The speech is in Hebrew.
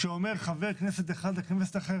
כשאומר חבר כנסת אחד לחבר כנסת אחר